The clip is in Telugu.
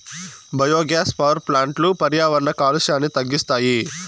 బయోగ్యాస్ పవర్ ప్లాంట్లు పర్యావరణ కాలుష్యాన్ని తగ్గిస్తాయి